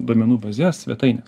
duomenų bazes svetaines